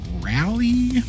rally